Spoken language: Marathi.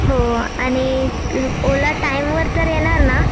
हो आणि ओला टाईमवर तर येणार ना